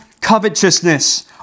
covetousness